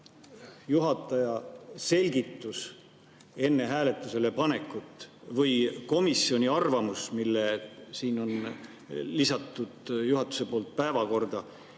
Juhataja selgitus enne hääletusele panekut või komisjoni arvamus, mis siin on juhatuse poolt lisatud,